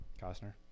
Costner